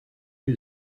who